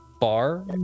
bar